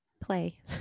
play